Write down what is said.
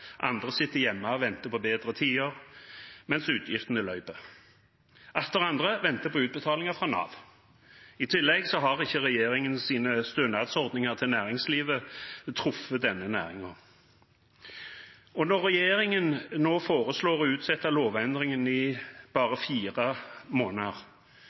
andre sitter hjemme og venter på bedre tider, mens utgiftene løper. Atter andre venter på utbetalinger fra Nav. I tillegg har ikke regjeringens stønadsordninger til næringslivet truffet denne næringen. Når regjeringen nå foreslår å utsette lovendringen i bare fire måneder,